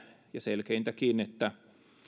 ja selkeintäkin että